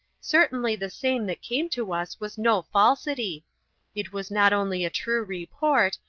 certainly the same that came to us was no falsity it was not only a true report,